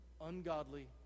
ungodly